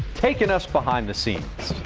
taking us behind the scenes.